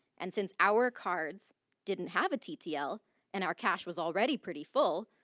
and since our cards didn't have a ttl and our cache was already pretty full,